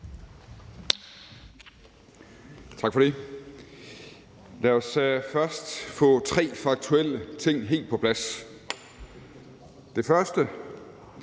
Tak for det. Lad os først få tre faktuelle ting helt på plads. Den første